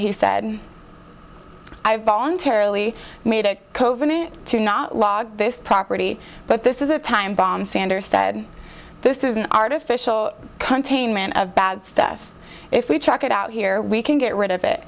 he said i voluntarily made a coven to not log this property but this is a time bomb sanders said this is an artificial come taman of bad stuff if we check it out here we can get rid of it